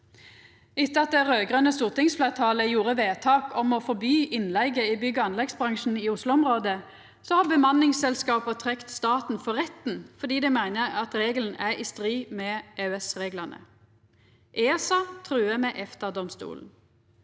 Etter at det raud-grøne stortingsfleirtalet gjorde vedtak om å forby innleige i bygg- og anleggsbransjen i Oslo-området, har bemanningsselskapa trekt staten for retten fordi dei meiner regelen er i strid med EØS-reglane. ESA truar med EFTA-domstolen.